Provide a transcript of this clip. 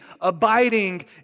abiding